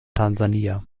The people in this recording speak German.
tansania